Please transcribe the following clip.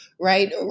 right